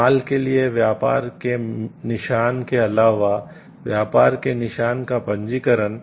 माल के लिए व्यापार के निशान के अलावा व्यापार के निशान का पंजीकरण